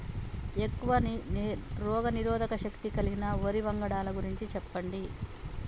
ఎక్కువ రోగనిరోధక శక్తి కలిగిన వరి వంగడాల గురించి చెప్పండి?